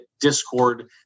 Discord